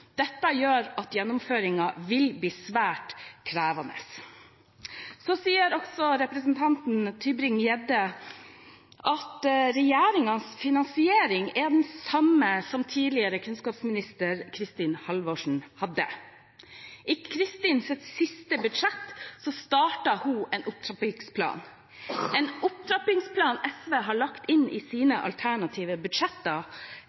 Dette gjør at gjennomføringen vil bli svært krevende. Så sier også representanten Tybring-Gjedde at regjeringens finansiering er den samme som tidligere kunnskapsminister Kristin Halvorsen hadde. I Kristin Halvorsens siste budsjett startet hun en opptrappingsplan, en opptrappingsplan SV har lagt inn i sine alternative budsjetter,